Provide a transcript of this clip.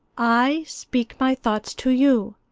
i speak my thoughts to you.